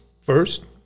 First